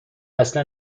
اصلا